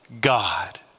God